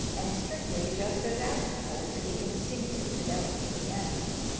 and strictly just as applicable to the instinctive fidelity of the animal.